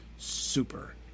Super